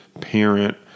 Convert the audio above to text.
parent